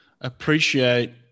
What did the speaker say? appreciate